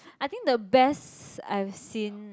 I think the best I've seen